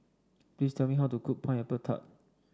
please tell me how to cook Pineapple Tart